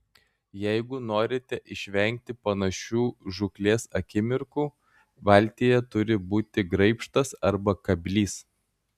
jeigu norite išvengti panašių žūklės akimirkų valtyje turi būti graibštas arba kablys